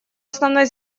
основной